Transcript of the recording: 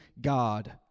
God